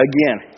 Again